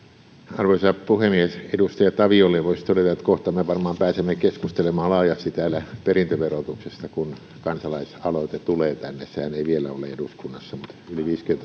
arvoisa puhemies edustaja taviolle voisi todeta että kohta me varmaan pääsemme keskustelemaan laajasti täällä perintöverotuksesta kun kansalais aloite tulee tänne sehän ei vielä ole eduskunnassa mutta